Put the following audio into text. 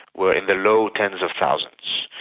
were in the low tens of thousands,